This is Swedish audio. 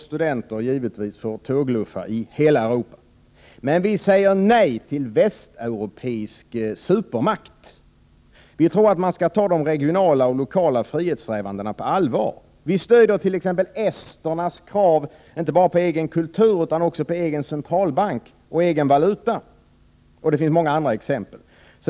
Studenter får givetvis tågluffa i hela Europa. Men vi inom den gröna rörelsen säger nej till en västeuropeisk supermakt. Vi tror att man skall ta de regionala och de lokala frihetssträvandena på allvar. Vi stöder t.ex. esternas krav inte bara på egen kultur utan också på egen centralbank och egen valuta. Det finns många andra exempel.